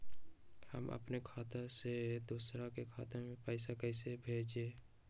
हम अपने खाता से दोसर के खाता में पैसा कइसे भेजबै?